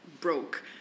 broke